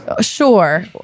Sure